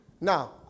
Now